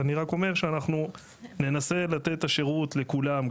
אני רק אומר שאנחנו ננסה לתת את השירות לכולם.